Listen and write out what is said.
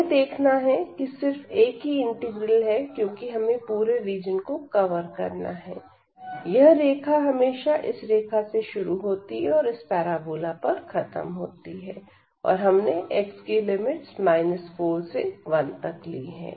हमें देखना है कि सिर्फ एक ही इंटीग्रल है क्योंकि हमें पूरे रीजन को कवर करना है यह रेखा हमेशा इस रेखा से शुरू होती है और इस पैराबोला पर खत्म होती है और हमने x लिमिट्स 4 से 1 तक ली है